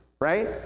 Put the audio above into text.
right